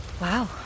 Wow